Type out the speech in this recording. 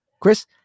Chris